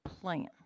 plan